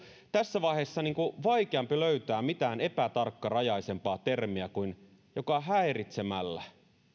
tässä vaiheessa vaikeampi löytää mitään epätarkkarajaisempaa termiä kuin joka häiritsemällä